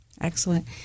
Excellent